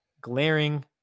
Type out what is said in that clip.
glaring